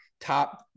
top